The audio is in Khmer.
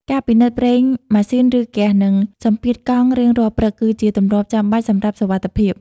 ការពិនិត្យប្រេងម៉ាស៊ីន ឬ ហ្គាស និងសម្ពាធកង់រៀងរាល់ព្រឹក គឺជាទម្លាប់ចាំបាច់សម្រាប់សុវត្ថិភាព។